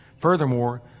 Furthermore